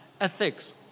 ethics